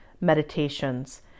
meditations